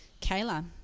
Kayla